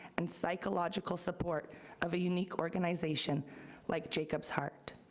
and psychological support of a unique organization like jacob's heart.